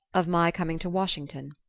of my coming to washington.